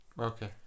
Okay